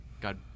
God